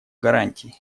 гарантий